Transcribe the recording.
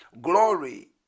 glory